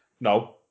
No